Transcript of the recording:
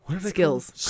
skills